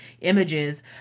images